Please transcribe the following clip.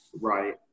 Right